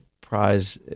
Prize